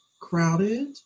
crowded